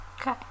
Okay